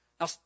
Now